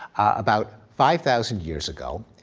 about five thousand years ago.